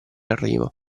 arrivo